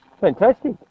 Fantastic